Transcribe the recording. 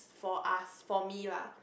for us for me lah